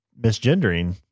misgendering